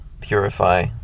purify